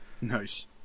Nice